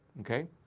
okay